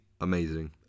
amazing